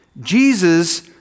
Jesus